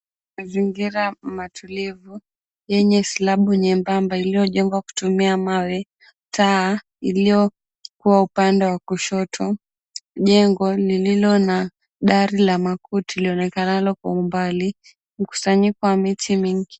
Mazingira matulivu yenye slabu nyembamba iliyojengwa kutumia mawe. Taa iliyokua upande wa kushoto. Jengo lililo dari la makuti lione kanalo kwa umbali, mkusanyiko wa miti mingi.